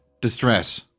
distress